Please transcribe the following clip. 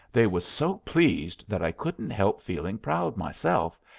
they was so pleased that i couldn't help feeling proud myself,